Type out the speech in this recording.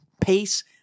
pace